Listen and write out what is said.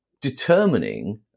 determining